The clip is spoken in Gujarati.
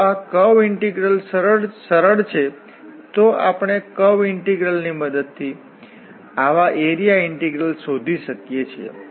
જો કર્વ ઇન્ટિગ્રલ સરળ છે તો આપણે કર્વ ઇન્ટિગ્રલની મદદથી આવા એરિયા ઇન્ટિગ્રલ શોધી શકીએ છીએ